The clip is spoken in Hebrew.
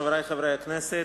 חברי חברי הכנסת,